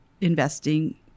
investing